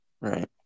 Right